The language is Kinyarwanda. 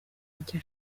icyo